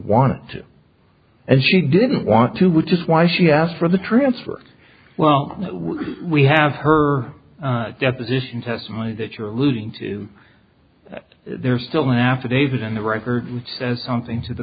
wanted to and she didn't want to which is why she asked for the transfer well we have her deposition testimony that you're alluding to that there's still an affidavit in the record as something to the